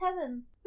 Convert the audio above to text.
Heavens